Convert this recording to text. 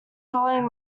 following